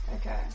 Okay